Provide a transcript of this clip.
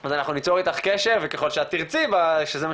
אז אנחנו ניצור איתך קשר וככל שאת תרצי שזה מה